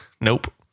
Nope